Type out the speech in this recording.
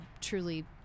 truly